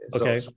okay